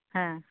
হ্যাঁ